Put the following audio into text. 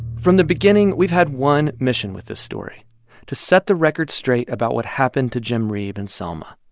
from the beginning, we've had one mission with this story to set the record straight about what happened to jim reeb in selma,